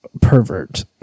pervert